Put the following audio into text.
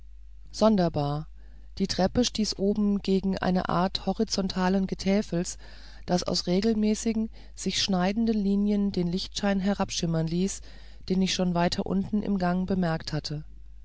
sonderbar die treppe stieß oben gegen eine art horizontalen getäfels das aus regelmäßigen sich schneidenden linien den lichtschein herabschimmern ließ den ich schon weiter unten im gang bemerkt hatte